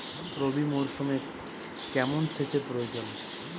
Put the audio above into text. রবি মরশুমে কেমন সেচের প্রয়োজন?